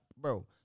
Bro